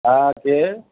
হ্যাঁ কে